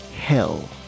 Hell